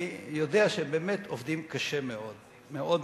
אני יודע שהם באמת עובדים מאוד קשה.